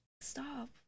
Stop